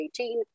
2018